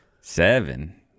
Seven